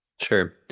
sure